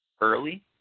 early